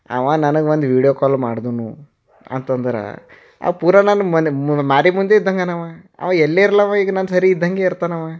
ಅವ ನನಗೊಂದು video call ಮಾಡಿದನು ಅಂತಂದ್ರೆ ಅವ ಪೂರ ನನ್ನ ಮನೆ ಮಾರಿ ಮುಂದೆ ಇದ್ದಂಗನ ಅವ ಅವ ಎಲ್ಲೇ ಇರಲವ ಈಗ ನನ್ನ ಸರಿ ಇದ್ದಂಗೆ ಇರ್ತಾನವ